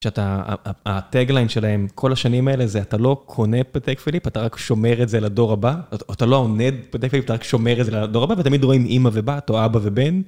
שהטאגליין שלהם כל השנים האלה זה אתה לא קונה פטק פליפ, אתה רק שומר את זה לדור הבא, אתה לא עונד פטק פליפ, אתה רק שומר את זה לדור הבא, ותמיד רואים אמא ובת או אבא ובן.